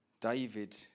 David